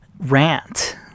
rant